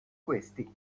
questi